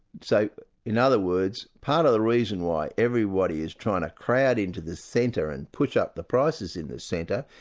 so in other words, part of the reason why everybody is trying to crowd into the centre and push up the prices in the centre,